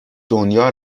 دنیا